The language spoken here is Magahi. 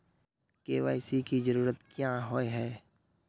के.वाई.सी की जरूरत क्याँ होय है?